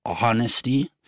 honesty